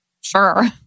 sure